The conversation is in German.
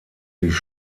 sich